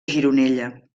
gironella